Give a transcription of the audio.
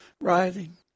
writhing